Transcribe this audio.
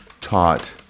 taught